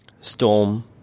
Storm